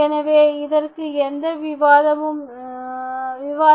எனவே இதற்கு எந்த உத்திரவாதமும் இல்லை